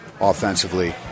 offensively